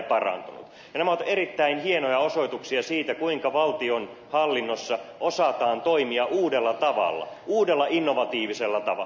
nämä ovat erittäin hienoja osoituksia siitä kuinka valtionhallinnossa osataan toimia uudella tavalla uudella innovatiivisella tavalla